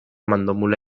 mandomula